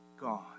gone